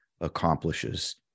accomplishes